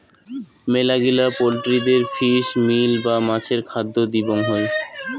মেলাগিলা পোল্ট্রিদের fish meal বা মাছের খাদ্য দিবং হই